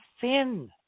thin